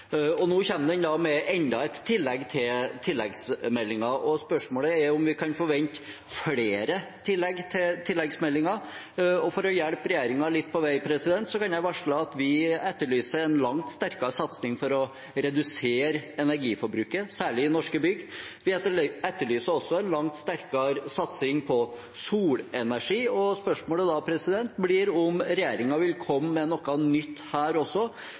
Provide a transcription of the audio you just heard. og nå kommer den med enda et tillegg til tilleggsmeldingen. Spørsmålet er om vi kan forvente flere tillegg til tilleggsmeldingen. For å hjelpe regjeringen litt på vei kan jeg varsle at vi etterlyser en langt sterkere satsing for å redusere energiforbruket, særlig i norske bygg. Vi etterlyser også en langt sterkere satsing på solenergi. Spørsmålet blir da om regjeringen vil komme med noe nytt her også,